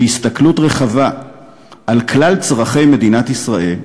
בהסתכלות רחבה על כלל צורכי מדינת ישראל,